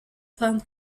prendre